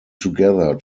together